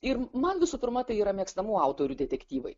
ir man visų pirma tai yra mėgstamų autorių detektyvai